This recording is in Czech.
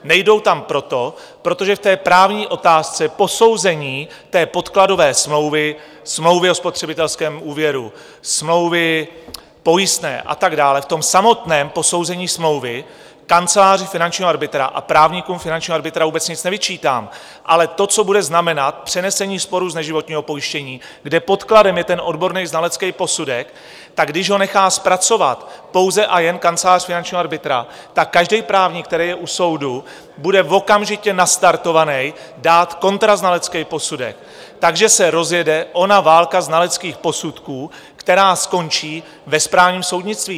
Nejdou tam proto, protože v právní otázce posouzení podkladové smlouvy, smlouvy o spotřebitelském úvěru, smlouvy pojistné a tak dále, v samotném posouzení smlouvy kanceláří finančního arbitra a právníkům finančního arbitra vůbec nic nevyčítám ale to, co bude znamenat přenesení sporu z neživotního pojištění, kde podkladem je odborný znalecký posudek, tak když ho nechá zpracovat pouze a jen kancelář finančního arbitra, tak každý právník, který je u soudu, bude okamžitě nastartovaný dát kontraznalecký posudek, takže se rozjede ona válka znaleckých posudků, která skončí ve správním soudnictví.